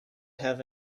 have